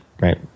right